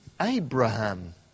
Abraham